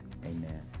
amen